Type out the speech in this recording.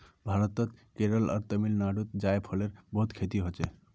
भारतत केरल आर तमिलनाडुत जायफलेर बहुत खेती हछेक